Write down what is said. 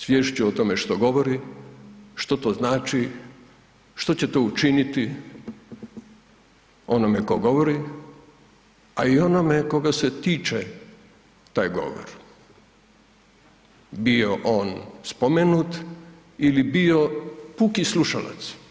Sviješću o tome što govori, što to znači, što će to učiniti onome tko govori, a i onome koga se tiče taj govor bio on spomenut ili bio puki slušalac.